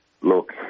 look